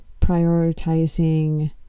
prioritizing